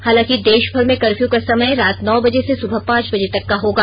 हालांकि देशभर में कर्फ्यू का समय रात नौ बजे से सुबह पांच बजे तक का होगा